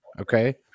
okay